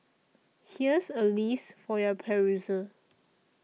here's a list for your perusal